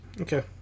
Okay